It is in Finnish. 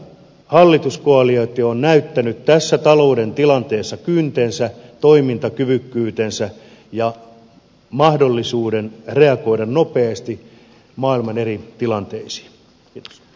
tämä hallituskoalitio on näyttänyt tässä talouden tilanteessa kyntensä toimintakyvykkyytensä ja mahdollisuuden reagoida nopeasti maailman eri tilanteisiin